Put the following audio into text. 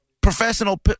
Professional